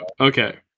okay